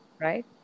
right